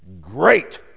Great